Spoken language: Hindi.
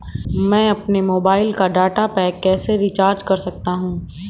मैं अपने मोबाइल का डाटा पैक कैसे रीचार्ज कर सकता हूँ?